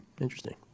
Interesting